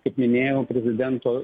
kaip minėjau prezidento